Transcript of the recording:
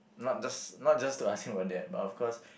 not just not just to ask him about that but of course